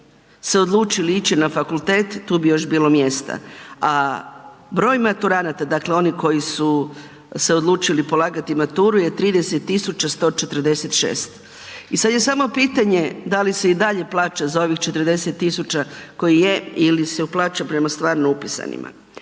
se odlučili ići na fakultet, tu bi još bilo mjesta. A broj maturanata, dakle oni koji su se odlučili polagati maturu je 30 146 i sad je samo pitanje da li se i dalje plaća za ovih 40 000 koji je ili se plaća prema stvarno upisanima.